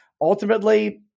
Ultimately